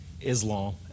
Islam